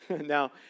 Now